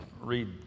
read